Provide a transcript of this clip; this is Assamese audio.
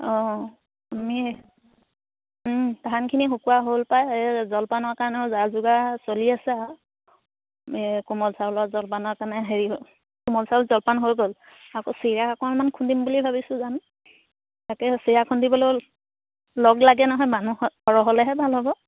অঁ আমি ধানখিনি শুকুৱা হ'ল পায় জলপানৰ কাৰণে যা যোগাৰ চলি আছে আৰু এই কোমল চাউলৰ জলপানৰ কাৰণে হেৰি কোমল চাউল জলপান হৈ গ'ল আকৌ চিৰা অকণমান খুন্দিম বুলি ভাবিছোঁ জানো তাকে চিৰা খুন্দিবলৈ লগ লাগে নহয় মানুহ সৰহ হ'লেহে ভাল হ'ব